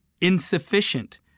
insufficient